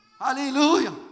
Hallelujah